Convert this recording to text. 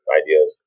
ideas